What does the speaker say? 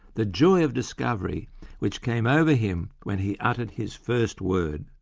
the joy of discovery which came over him when he uttered his first word.